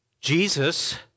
Jesus